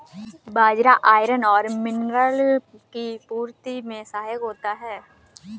बाजरा iron और mineral की पूर्ति में सहायक होता है